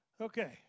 Okay